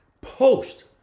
Post